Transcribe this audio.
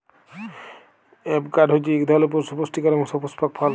avocado হছে ইক ধরলের সুপুষ্টিকর এবং সুপুস্পক ফল